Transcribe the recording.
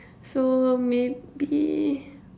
so maybe